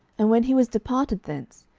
and when he was departed thence,